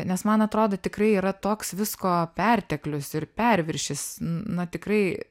nes man atrodo tikrai yra toks visko perteklius ir perviršis na tikrai